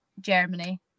germany